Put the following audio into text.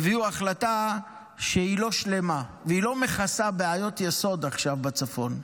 הביאו החלטה שהיא לא שלמה והיא לא מכסה בעיות יסוד עכשיו בצפון,